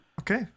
okay